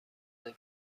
کنم